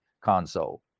console